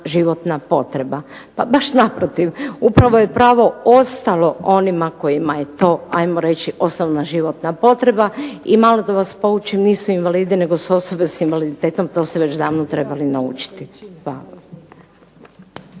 životna potreba. Pa baš naprotiv, upravo je pravo ostalo onima kojima je to ajmo reći osnovna životna potreba. I malo da vas poučim nisu invalidi nego su osobe sa invaliditetom to ste već davno trebali naučiti. Hvala.